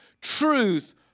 truth